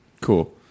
Cool